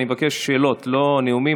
אני מבקש שאלות, לא נאומים.